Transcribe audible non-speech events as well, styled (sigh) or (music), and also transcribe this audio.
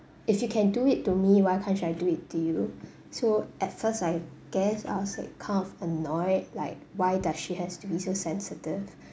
if you can do it to me why can't I do it to you (breath) so at first I guess I was like kind of annoyed like why does she has to be so sensitive